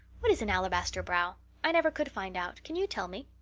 what is an alabaster brow? i never could find out. can you tell me?